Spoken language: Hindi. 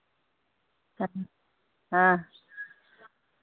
हाँ